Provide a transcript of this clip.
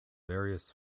various